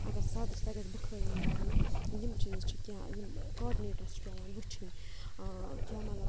اگر سَردی چھِ تَتہِ گَژھِ بٕخٲرۍ یِن لاگنہٕ یِم چیٖز چھِ کینٛہہ یِم کاڈِنیٹرَس چھِ پٮ۪وان وٕچھِنۍ کیٛاہ مطلب